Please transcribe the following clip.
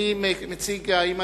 מי מציג את